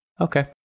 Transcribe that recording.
Okay